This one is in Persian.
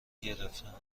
گرفتهام